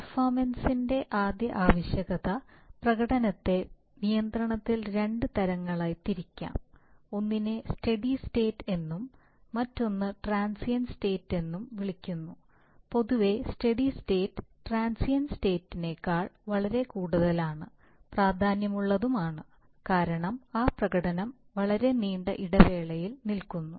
പെർഫോമൻസിൻറെ ആദ്യ ആവശ്യകത പ്രകടനത്തെ നിയന്ത്രണത്തിൽ രണ്ട് തരങ്ങളായി തിരിക്കാം ഒന്നിനെ സ്റ്റെഡി സ്റ്റേറ്റ് എന്നും മറ്റൊന്ന് ട്രാൻസിയൻറ്റ് സ്റ്റേറ്റ് എന്നും വിളിക്കുന്നു പൊതുവേ സ്റ്റെഡി സ്റ്റേറ്റ് ട്രാൻസിയൻറ്റ് സ്റ്റേറ്റ് ക്കാൾ വളരെ കൂടുതലുമാണ് പ്രാധാന്യമുള്ളതും ആണ് കാരണം ആ പ്രകടനം വളരെ നീണ്ട ഇടവേളയിൽ നിൽക്കുന്നു